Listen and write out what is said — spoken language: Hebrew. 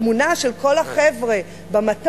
תמונה של כל החבר'ה במטוס,